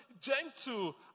gentle